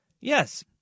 Yes